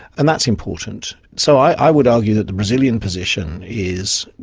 and that's important. so i would argue that the brazilian position is,